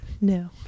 no